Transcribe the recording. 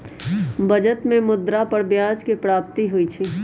बचत में मुद्रा पर ब्याज के प्राप्ति होइ छइ